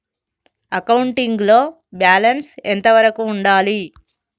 Accounting లో balance ఎంత వరకు ఉండాలి?